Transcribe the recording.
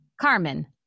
Carmen